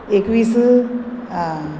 एकवीस आं